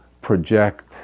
project